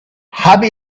have